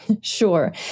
Sure